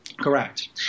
Correct